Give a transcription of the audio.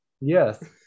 yes